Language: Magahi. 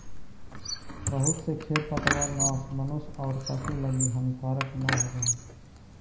बहुत से खेर पतवारनाश मनुष्य औउर पशु लगी हानिकारक न होवऽ हई